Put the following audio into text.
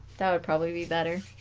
that would probably be better